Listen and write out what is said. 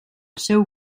seu